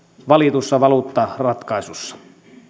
valitussa valuuttaratkaisussa